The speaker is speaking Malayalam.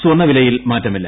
സ്വർണ്ണ വിലയിൽ മാറ്റമില്ല